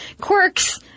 quirks